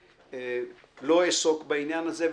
לא אעסוק בעניין הזה,